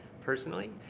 personally